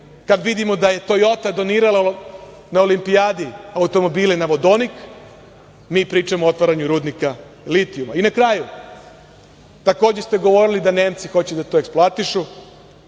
kada vidimo daje „Tojota“ donirala na Olimpijadi automobile na vodonik, a mi pričamo o otvaranju rudnika litijuma. Na kraju, takođe ste govorili da Nemci hoće da eksploatišu,